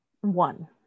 One